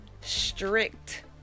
strict